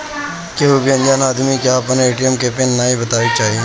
केहू भी अनजान आदमी के आपन ए.टी.एम के पिन नाइ बतावे के चाही